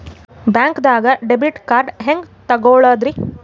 ಬ್ಯಾಂಕ್ದಾಗ debit card ಹೆಂಗ್ ತಗೊಳದ್ರಿ?